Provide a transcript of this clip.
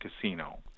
casino